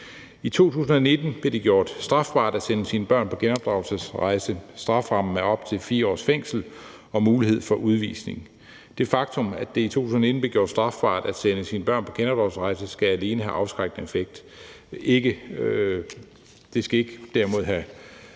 I 2019 blev det gjort strafbart at sende sine børn på genopdragelsesrejse. Strafferammen er op til 4 års fængsel og mulighed for udvisning. Det faktum, at det i 2019 blev gjort strafbart at sende sine børn på genopdragelsesrejser, skal alene have afskrækkende effekt; det skal derimod ikke